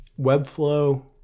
Webflow